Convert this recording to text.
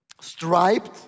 striped